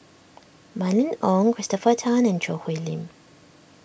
Mylene Ong Christopher Tan and Choo Hwee Lim